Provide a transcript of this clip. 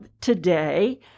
today